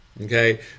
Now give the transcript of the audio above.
Okay